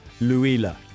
Luila